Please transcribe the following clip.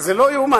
זה לא ייאמן,